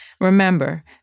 Remember